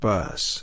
Bus